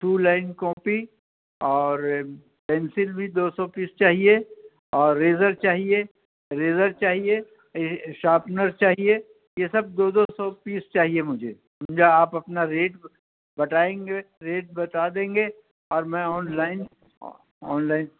to line copy اور pencil بھی دو سو پیس چاہیے اور اریزر چاہیے اریزر چاہیے یہ شاپنر چاہیے یہ سب دو دو سو پیس چاہیے مجھے آپ اپنا ریٹ بتائیں گے ریٹ بتا دیں گے اور میں آن لائن آن لائن